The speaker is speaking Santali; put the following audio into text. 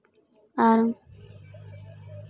ᱟᱨ